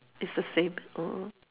it's the same oh